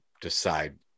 decide